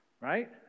right